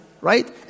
right